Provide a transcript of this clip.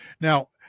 Now